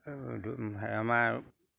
আমাৰ